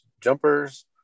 jumpers